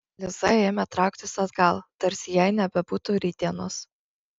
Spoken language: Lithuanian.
liza ėmė trauktis atgal tarsi jai nebebūtų rytdienos